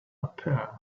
appeared